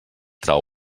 trau